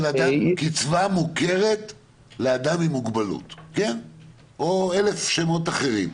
קצבה מוכרת לאדם עם מוגבלות, או אלף שמות אחרים.